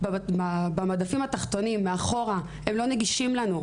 במדפים התחתונים האחוריים והם לא נגישים לנו.